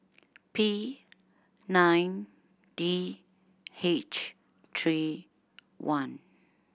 P nine D H three one